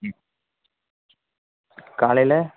ம் காலையில்